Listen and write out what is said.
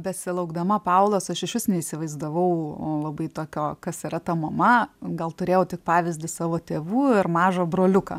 besilaukdama paulos aš išvis neįsivaizdavau labai tokio kas yra ta mama gal turėjau tik pavyzdį savo tėvų ir mažą broliuką